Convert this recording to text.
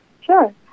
Sure